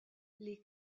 les